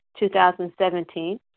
2017